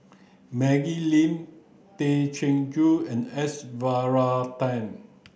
Maggie Lim Tay Chin Joo and S Varathan